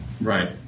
Right